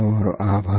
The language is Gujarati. તમારો આભાર